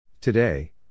Today